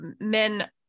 men